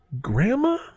Grandma